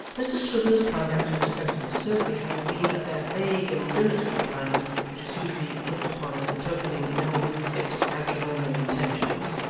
mr swiveller's conduct in respect to miss sophy having been of that vague and dilatory kind which is usually looked upon as betokening no fixed matrimonial intentions,